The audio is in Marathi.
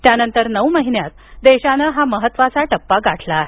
त्यानंतर नऊ महिन्यात देशानं हा महत्त्वाचा टप्पा गाठला आहे